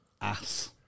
Ass